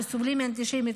שסובלים מאנטישמיות,